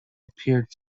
appeared